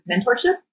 mentorship